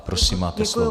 Prosím máte slovo.